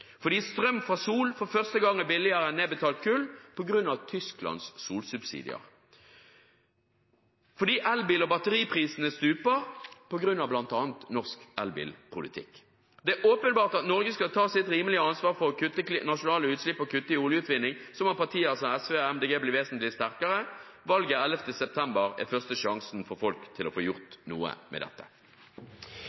fordi strøm fra sol for første gang er billigere enn nedbetalt kull, på grunn av Tysklands solsubsidier, og fordi elbil- og batteriprisene stuper på grunn av bl.a. norsk elbilpolitikk. Det er åpenbart at skal Norge ta sitt rimelige ansvar for å kutte nasjonale utslipp og kutte i oljeutvinning, så må partier som SV og Miljøpartiet De Grønne blir vesentlig sterkere. Valget 11. september er første sjansen for folk til å få